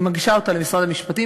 היא מגישה אותה, למשרד המשפטים.